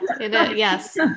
yes